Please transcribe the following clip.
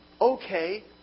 okay